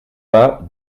pas